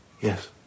Yes